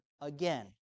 again